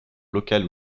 locale